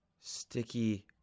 Sticky